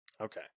Okay